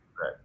Right